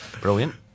brilliant